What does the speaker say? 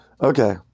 okay